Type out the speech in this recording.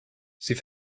sie